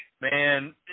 Man